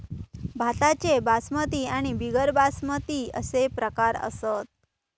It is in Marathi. भाताचे बासमती आणि बिगर बासमती अशे प्रकार असत